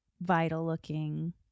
vital-looking